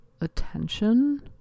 attention